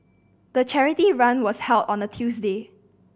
the charity run was held on a Tuesday